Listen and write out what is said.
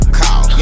call